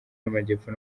y’amajyepfo